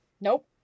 Nope